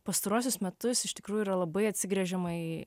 pastaruosius metus iš tikrųjų yra labai atsigręžimai